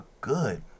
good